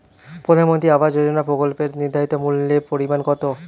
প্রধানমন্ত্রী আবাস যোজনার প্রকল্পের নির্ধারিত মূল্যে পরিমাণ কত?